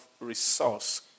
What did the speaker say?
resource